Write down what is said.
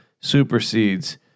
supersedes